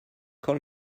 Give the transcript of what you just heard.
call